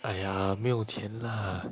!aiya! 没有钱 lah